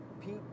Pete